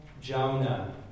Jonah